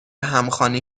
همخوانی